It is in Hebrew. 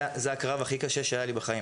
זה הקרב הכי קשה שהיה לי בחיים,